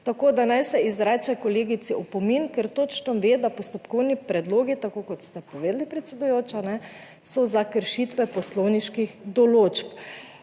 Tako da naj se izreče kolegici opomin, ker točno ve, da postopkovni predlogi, tako kot ste povedali predsedujoča so za kršitve poslovniških določb.